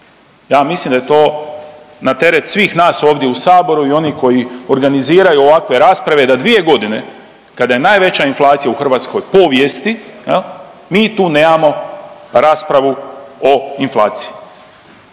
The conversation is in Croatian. Ja mislim da je to na teret svih nas ovdje u saboru i onih koji organiziraju ovakve rasprave da dvije godine kada je najveća inflacija u hrvatskoj povijesti jel mi tu nemamo raspravu o inflaciji.